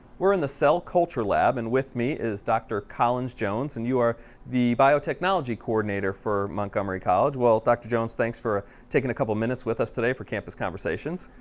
we're in the cell culture lab and with me is dr collins jones and you are the biotechnology coordinator for montgomery college. well, dr jones, thanks for taking a couple minutes with us today for campus conversations.